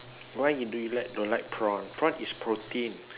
why you do you like don't like prawn prawn is protein